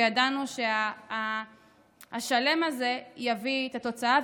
וידענו שהשלם הזה יביא את התוצאה,